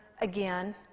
again